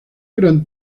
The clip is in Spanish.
gran